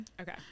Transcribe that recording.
okay